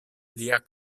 lia